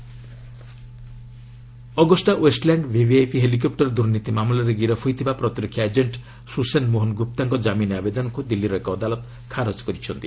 court defence agent Agusta Westland VVIP helicopter ଦୁର୍ନୀତି ମାମଲାରେ ଗିରଫ୍ ହୋଇଥିବା ପ୍ରତିରକ୍ଷା ଏଜେଣ୍ଟ ସୁଶେନ ମୋହନ ଗୁପ୍ତାଙ୍କ ଜାମିନ୍ ଆବେଦନକୁ ଦିଲ୍ଲୀର ଏକ ଅଦାଲତ ଖାରଜ କରିଛନ୍ତି